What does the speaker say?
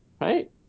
right